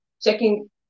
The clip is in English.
checking